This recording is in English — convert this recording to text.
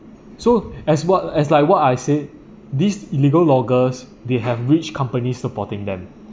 so as well as like what I said these illegal loggers they have rich company supporting them